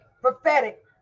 prophetic